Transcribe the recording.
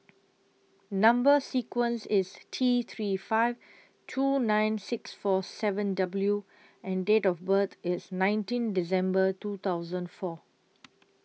Number sequence IS T three five two nine six four seven W and Date of birth IS nineteen December two thousand four